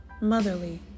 motherly